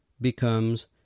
becomes